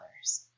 others